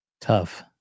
Tough